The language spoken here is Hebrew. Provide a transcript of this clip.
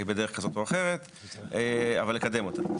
בדרך כזאת או אחרת, אבל לקדם אותה.